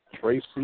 Tracy